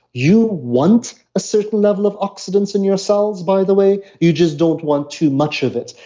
you want a certain level of oxidants in yourselves, by the way, you just don't want too much of it.